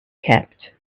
kept